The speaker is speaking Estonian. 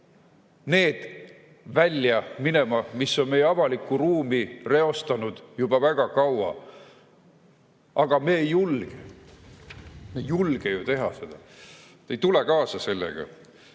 need välja, minema, mis on meie avalikku ruumi reostanud juba väga kaua. Aga me ei julge. Me ei julge ju teha seda, ei tule kaasa sellega.